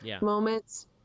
moments